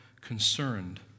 concerned